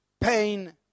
pain